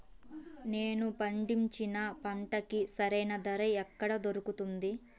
నేను పండించిన పంటకి సరైన ధర ఎక్కడ దొరుకుతుంది?